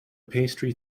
pastry